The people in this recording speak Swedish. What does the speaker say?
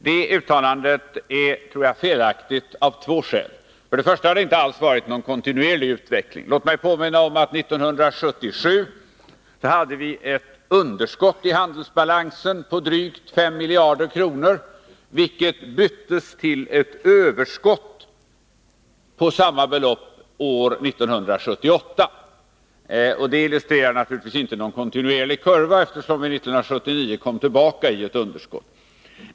Det uttalandet är felaktigt av två skäl. Först och främst har det inte varit någon kontinuerlig utveckling. Låt mig påminna om att vi år 1977 hade ett underskott i handelsbalansen på drygt 5 miljarder kronor, vilket vändes till ett överskott på samma belopp år 1978. Det illustrerar naturligtvis inte någon kontinuerlig kurva, eftersom vi år 1979 kom tillbaka i ett underskott.